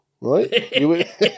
right